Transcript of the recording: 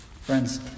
Friends